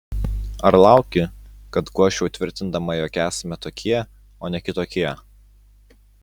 ar lauki kad guosčiau tvirtindama jog esame tokie o ne kitokie